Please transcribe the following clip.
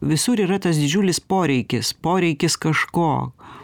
visur yra tas didžiulis poreikis poreikis kažko